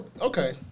okay